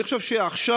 אני חושב שעכשיו